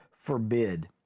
forbid